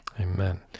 Amen